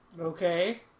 Okay